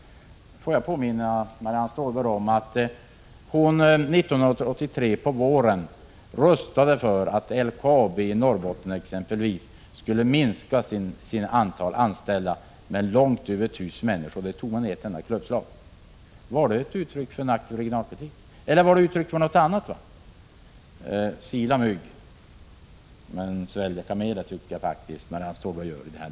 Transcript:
Låt mig påminna om att Marianne Stålberg på våren 1983 röstade för att exempelvis LKAB i Norrbotten skulle minska antalet anställda med långt över 1 000. Det beslutet fattades med ett enda klubbslag. Var det ett uttryck för en aktiv regionalpolitik, eller var det ett uttryck för något annat? Jag tycker att Marianne Stålberg i den här debatten silar mygg och sväljer kameler.